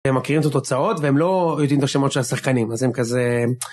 הם מכירים את התוצאות והם לא יודעים את השמות של השחקנים, אז הם כזה...